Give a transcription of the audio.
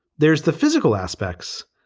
there's the physical aspects.